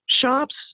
shops